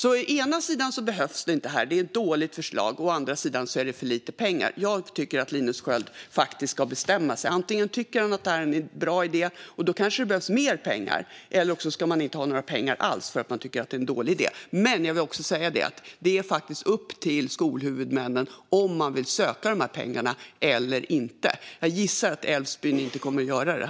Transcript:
Å ena sidan behövs inte detta för att det är ett dåligt förslag, å andra sidan finns det för lite pengar - jag tycker att Linus Sköld får bestämma sig. Antingen tycker han att detta är en bra idé, och då kanske det behövs mer pengar. Eller också ska det inte vara några pengar alls, om han tycker att det är en dålig idé. Men jag vill också säga att det faktiskt är upp till skolhuvudmännen om man vill söka dessa pengar eller inte. Jag gissar att Älvsbyn inte kommer att göra det.